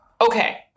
okay